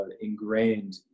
ingrained